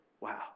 Wow